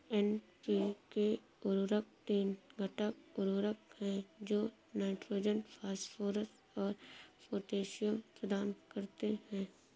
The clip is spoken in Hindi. एन.पी.के उर्वरक तीन घटक उर्वरक हैं जो नाइट्रोजन, फास्फोरस और पोटेशियम प्रदान करते हैं